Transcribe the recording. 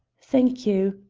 thank you,